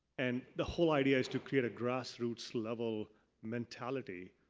and the whole idea is to create a grassroots level mentality,